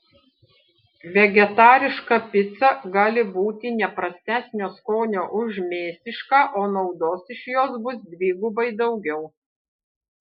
vegetariška pica gali būti ne prastesnio skonio už mėsišką o naudos iš jos bus dvigubai daugiau